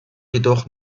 jedoch